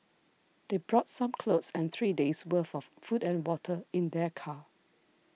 they brought some clothes and three days' worth of food and water in their car